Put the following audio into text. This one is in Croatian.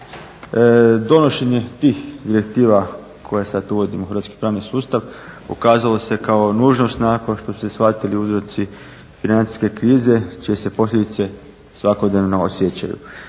Donošenje tih direktiva koje sada uvodimo u hrvatski pravni sustav pokazalo se kao nužnost nakon što su se shvatili uzroci financijske krize čije se posljedice svakodnevno osjećaju.